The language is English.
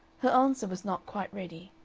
her answer was not quite ready.